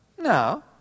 No